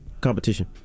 competition